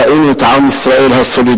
ראינו את עם ישראל הסולידרי,